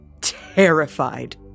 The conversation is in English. terrified